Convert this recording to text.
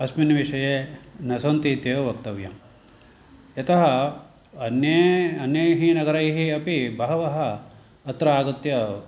अस्मिन् विषये न सन्ति इत्येव वक्तव्यं यतः अन्ये अन्यैः नगरैः अपि बहवः अत्र आगत्य